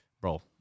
bro